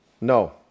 No